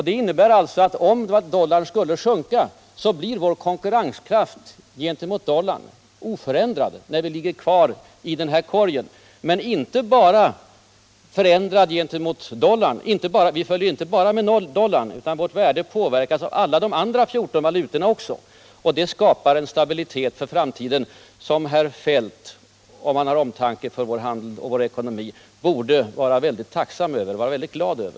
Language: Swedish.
Det innebär alltså även att om dollarn skulle sjunka i värde blir vår konkurrenskraft gentemot dollarn i stort sett oförändrad, men inte bara i förhållande till dollarn, eftersom vårt värde påverkas också av de andra 14 valutorna. Detta skapar en stabilitet för framtiden som herr Feldt — om han har omtanke om vår handel och vår ekonomi — borde vara tacksam för och glad över.